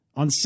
on